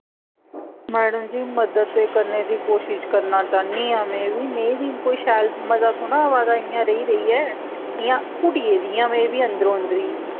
madam ji मदद ते करने दी कोशश करना चाह्न्नी आं में बी में बी कोई शैल मजा थोह्ड़े ना आवा दा इ'यां रेही रेहियै इ'यां घुटी गेदी आं में बी अंदरो अंदरी